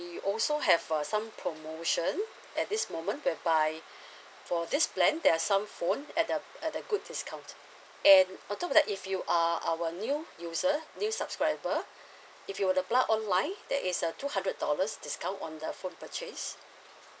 also have uh some promotion at this moment whereby for this plan there are some phone at the at the good discount and on top of that if you are our new user new subscriber if you were to apply online there is a two hundred dollars discount on the phone purchase